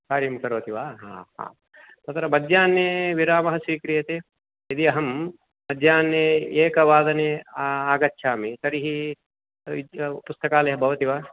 कार्यं करोति वा हा हा तत्र मध्याह्ने विरामः स्वीक्रियते यदि अहं मध्याह्ने एकवादने आगच्छामि तर्हि पुस्तकालय भवति वा